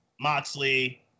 Moxley